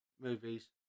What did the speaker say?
Movies